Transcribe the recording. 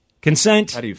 consent